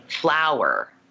flower